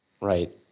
Right